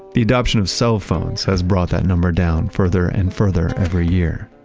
the adoption of cell phones has brought that number down further and further every year.